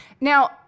Now